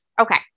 Okay